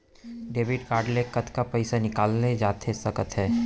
Debit card ले कतका पइसा निकाले जाथे सकत हे?